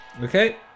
Okay